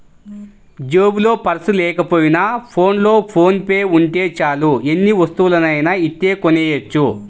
జేబులో పర్సు లేకపోయినా ఫోన్లో ఫోన్ పే ఉంటే చాలు ఎన్ని వస్తువులనైనా ఇట్టే కొనెయ్యొచ్చు